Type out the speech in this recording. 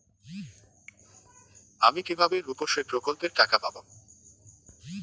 আমি কিভাবে রুপশ্রী প্রকল্পের টাকা পাবো?